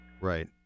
Right